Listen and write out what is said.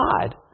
God